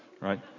Right